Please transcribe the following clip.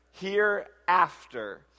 Hereafter